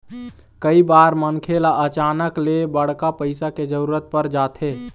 कइ बार मनखे ल अचानक ले बड़का पइसा के जरूरत पर जाथे